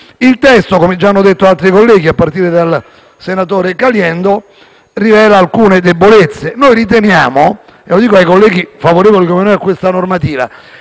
Il testo, come già hanno detto altri colleghi, a partire dal senatore Caliendo, rivela alcune debolezze. Dico ai colleghi favorevoli, come noi, a questa normativa,